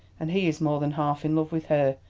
and he is more than half in love with her.